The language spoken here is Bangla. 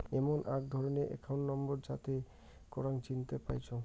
এমন আক ধরণের একাউন্ট নম্বর যাতে করাং চিনতে পাইচুঙ